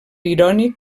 irònic